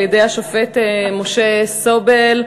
על-ידי השופט משה סובל,